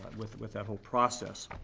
and with with that whole process.